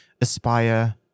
aspire